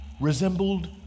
resembled